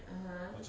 (uh huh)